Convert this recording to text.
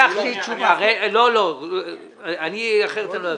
-- לא, אחרת אני לא אבין.